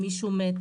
מישהו מת,